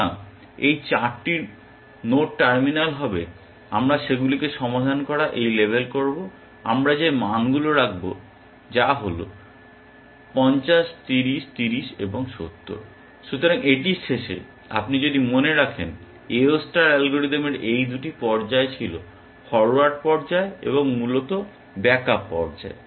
সুতরাং এই 4টি নোড টার্মিনাল হবে আমরা সেগুলিকে সমাধান করা এই লেবেল করব এবং আমরা যে মানগুলি রাখব যা 50 30 30 এবং 70 । সুতরাং এটির শেষে আপনি যদি মনে রাখেন AO ষ্টার অ্যালগরিদমের এই 2টি পর্যায় ছিল ফরোয়ার্ড পর্যায় এবং মূলত ব্যাকআপ পর্যায়